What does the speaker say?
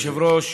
אדוני היושב-ראש,